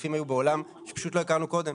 וההיקפים היו בעולם שלא הכרנו קודם,